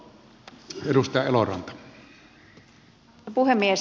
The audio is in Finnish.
arvoisa puhemies